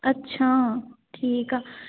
ਅੱਛਾ ਠੀਕ ਆ